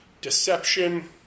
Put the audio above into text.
deception